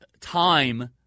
time